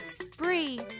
spree